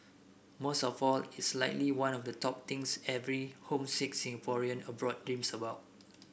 most of all it's likely one of the top things every homesick Singaporean abroad dreams about